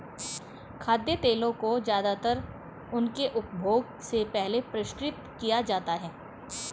खाद्य तेलों को ज्यादातर उनके उपभोग से पहले परिष्कृत किया जाता है